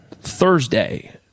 Thursday